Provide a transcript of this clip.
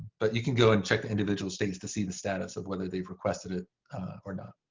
but you can go and check the individual states to see the status of whether they've requested it or not.